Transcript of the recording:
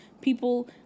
people